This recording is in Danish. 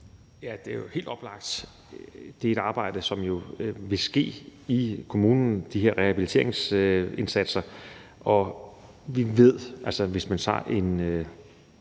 Ja, det er helt oplagt. Det er et arbejde, som jo vil ske i kommunerne, altså de her rehabiliteringsindsatser. Og hvis man tager en